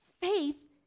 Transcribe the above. Faith